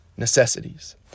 Necessities